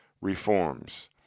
reforms